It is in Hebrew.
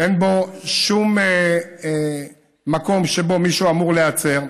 אין בו שום מקום שבו מישהו אמור להיעצר.